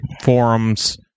forums